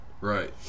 Right